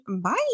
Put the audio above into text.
bye